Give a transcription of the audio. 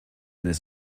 this